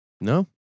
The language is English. No